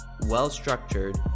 well-structured